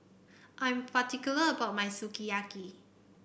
I'm particular about my Sukiyaki